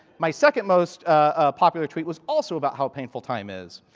my second most ah popular tweet was also about how painful time is.